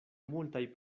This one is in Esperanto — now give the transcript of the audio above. multaj